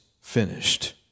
finished